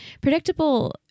predictable